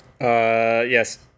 yes